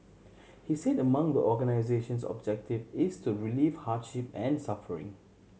he said among the organisation's objective is to relieve hardship and suffering